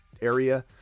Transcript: area